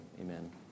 Amen